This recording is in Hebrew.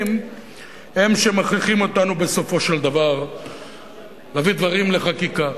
הם שמכריחים אותנו בסופו של דבר להביא דברים לחקיקה.